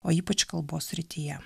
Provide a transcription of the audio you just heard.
o ypač kalbos srityje